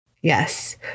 Yes